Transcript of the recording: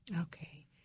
Okay